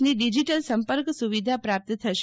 ની ડીજીટલ સંપર્ક સુવિધા પ્રાપ્ત થશે